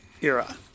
era